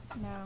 No